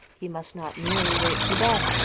he must not merely wait for death,